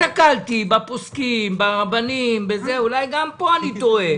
הסתכלתי בפוסקים, ברבנים, אולי גם פה אני טועה.